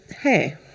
Hey